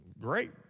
Great